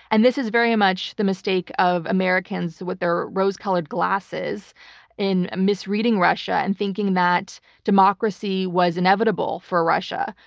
and this is very much the mistake of americans with their rose-colored glasses in misreading russia and thinking that democracy was inevitable for russia,